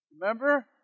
Remember